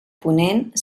ponent